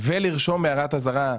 ולרשום הערת אזהרה.